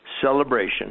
celebration